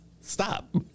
stop